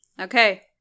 okay